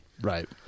Right